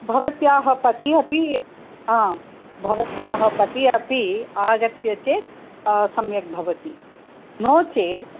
भवत्याः पति अपि आम् भवत्याः पति अपि आगत्य चेत् सम्यक् भवति नो चेत्